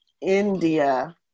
India